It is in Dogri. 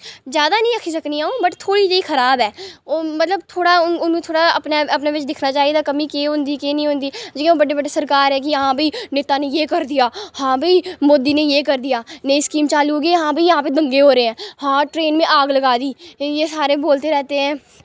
जादा निं आखी सकनी अ'ऊं वट् थोह्ड़ी जेही खराब ऐ ओह् मतलब थोह्ड़ा औनूं थोह्ड़ा अपने अपने बिच दिक्खेआ चाहि्दा कमी केह् होंदी केह् नेईं होंदी हून जि'यां ओह् बड्डे बड्डे सरकार की आं भाई कि नेता ने यह् कर दिया हां भाई मोदी ने यह् कर दियां नई स्कीम चालू हो गई आं भाई जहां पर दंगे हो रहे हे हां ट्रेन मे आग लगा दी इ'यां सारे बोलते रहते हैं